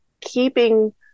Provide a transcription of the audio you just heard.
keeping